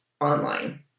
online